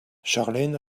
charlène